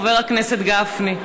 חבר הכנסת גפני: